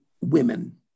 women